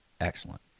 excellent